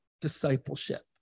discipleship